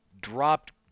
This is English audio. dropped